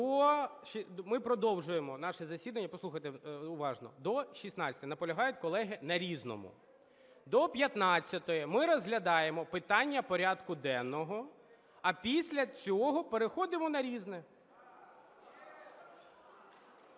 Ми продовжуємо наше засідання, послухайте уважно, до 16-ї. Наполягають колеги на "Різному". До 15-ї ми розглядаємо питання порядку денного, а після цього переходимо на "Різне".